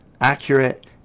accurate